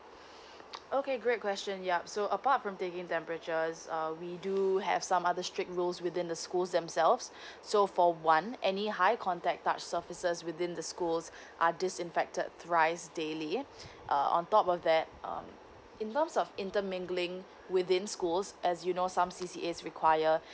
okay great question yup so apart from taking temperature uh we do have some other strict rules within the schools themselves so for one any high contact touch surfaces within the schools are disinfected thrice daily uh on top of that um in terms of intermingling within schools as you know some C_C_A require